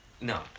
No